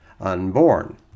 unborn